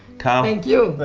carl, thank you.